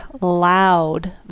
loud